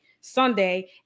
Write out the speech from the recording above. Sunday